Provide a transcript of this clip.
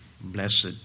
Blessed